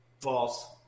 false